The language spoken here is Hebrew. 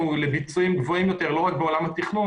ביצועים גבוהים יותר ולא רק בעולם התכנון